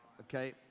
Okay